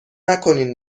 نکنین